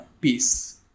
peace